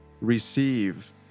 Receive